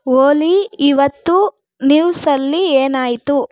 ಓಲಿ ಇವತ್ತು ನ್ಯೂಸಲ್ಲಿ ಏನಾಯಿತು